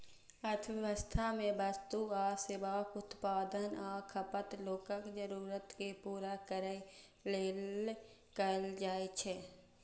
अर्थव्यवस्था मे वस्तु आ सेवाक उत्पादन आ खपत लोकक जरूरत कें पूरा करै लेल कैल जाइ छै